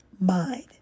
mind